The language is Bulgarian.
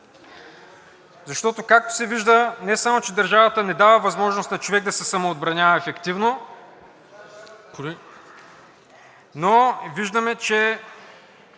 Защото, както се вижда, не само че държавата не дава възможност на човек да се самоотбранява ефективно, но виждаме, че